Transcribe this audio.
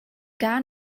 gar